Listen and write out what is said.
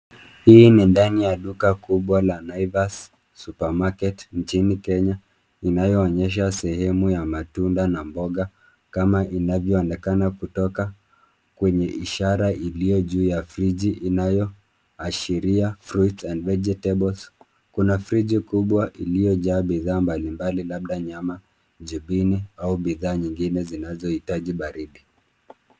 Hii ni ndani ya duka kubwa la Naivas Supermarket, nchini Kenya, inayoonyesha sehemu ya matunda na mboga, kama inavyoonekana kutoka, kwenye ishara iliyo juu ya friji, inayoashiria fruits and vegetables . Kuna friji kubwa iliyojaa bidhaa mbalimbali labda nyama, jibini, au bidhaa nyingine zinazohitaji baridi.